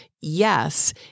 Yes